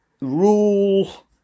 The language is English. Rule